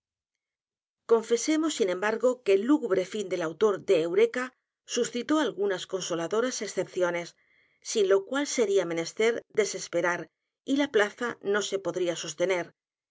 confesemos sin embargo que el lúgubre fin del autor de eureka suscitó algunas consoladoras excepciones sin lo cual sería menester desesperar y la plaza no se podría sostener